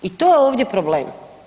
I to je ovdje problem.